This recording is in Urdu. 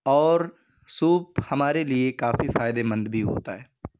اور سوپ ہمارے لیے کافی فائدہ مند بھی ہوتا ہے